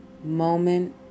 moment